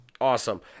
Awesome